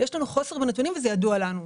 יש לנו חוסר בנתונים וזה ידוע לנו.